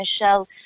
Michelle